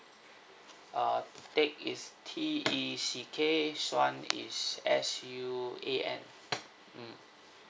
err teck is T E C K suan is S U A N mm